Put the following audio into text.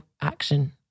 action